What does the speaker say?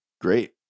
Great